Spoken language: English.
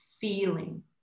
feeling